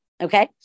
okay